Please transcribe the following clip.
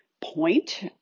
point